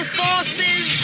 forces